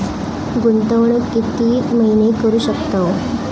गुंतवणूक किती महिने करू शकतव?